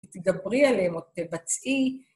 תדברי עליהם או תבצעי.